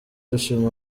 dushima